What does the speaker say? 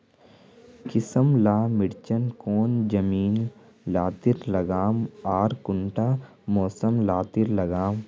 किसम ला मिर्चन कौन जमीन लात्तिर लगाम आर कुंटा मौसम लात्तिर लगाम?